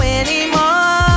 anymore